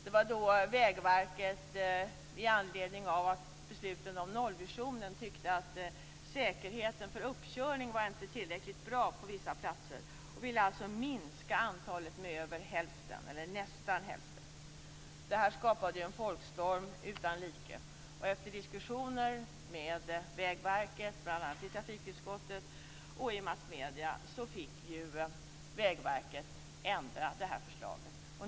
Det var då Vägverket med anledning av besluten om nollvisionen tyckte att säkerheten för uppkörning inte var tillräckligt bra på vissa platser och ville minska antalet uppkörningsplatser med nästan hälften. Detta skapade en folkstorm utan like. Efter diskussioner med Vägverket bl.a. i trafikutskottet och i massmedierna fick verket ändra förslaget.